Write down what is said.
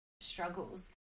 struggles